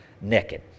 naked